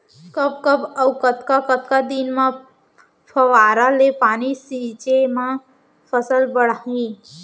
कब कब अऊ कतका कतका दिन म फव्वारा ले पानी छिंचे म फसल बाड़ही?